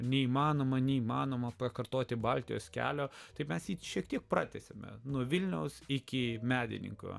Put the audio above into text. neįmanoma neįmanoma pakartoti baltijos kelio tai mes jį šiek tiek pratęsėme nuo vilniaus iki medininkų